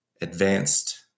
Advanced